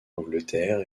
angleterre